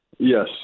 Yes